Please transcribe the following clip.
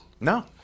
No